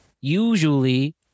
usually